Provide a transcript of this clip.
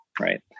right